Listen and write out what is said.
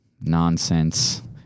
Nonsense